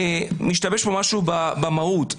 משתבש פה משהו במהות.